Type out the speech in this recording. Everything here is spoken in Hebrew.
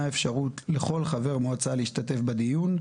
אפשרות לכל חבר מועצה להשתתף בדיון,